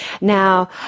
Now